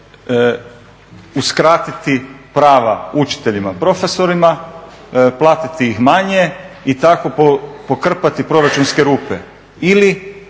uskratiti prava učiteljima profesorima, platiti ih manje i tako pokrpati proračunske rupe